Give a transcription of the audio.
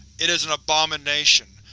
it is an abomination,